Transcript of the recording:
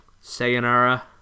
Sayonara